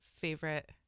favorite